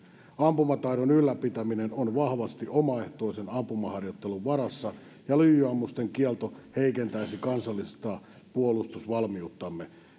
ampumataidon ylläpitäminen on vahvasti omaehtoisen ampumaharjoittelun varassa ja lyijyammusten kielto heikentäisi kansallista puolustusvalmiuttamme